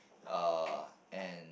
uh and